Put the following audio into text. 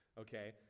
okay